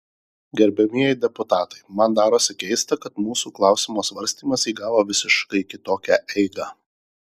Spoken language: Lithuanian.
gerbiamieji deputatai man darosi keista kad mūsų klausimo svarstymas įgavo visiškai kitokią eigą